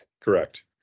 Correct